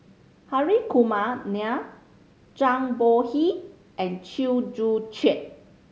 Hri Kumar Nair Zhang Bohe and Chew Joo Chiat